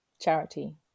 charity